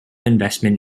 investment